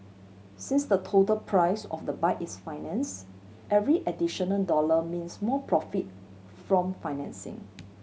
since the total price of the bike is finance every additional dollar means more profit from financing